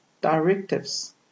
directives